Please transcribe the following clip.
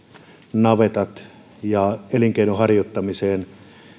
navetat ja elinkeinon harjoittamiseen